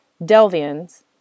Delvians